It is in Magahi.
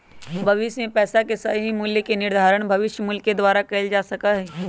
भविष्य में पैसा के सही मूल्य के निर्धारण भविष्य मूल्य के द्वारा कइल जा सका हई